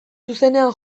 zuzenean